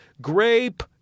Grape